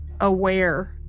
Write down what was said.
aware